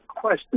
question